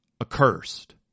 accursed